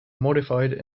modified